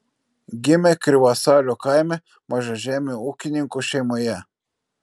gimė krivasalio kaime mažažemių ūkininkų šeimoje